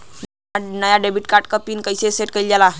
नया debit card क PIN कईसे सेट कईल जाला?